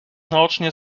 naocznie